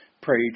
Pray